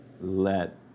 let